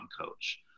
coach